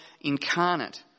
incarnate